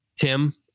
Tim